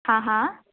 हा हा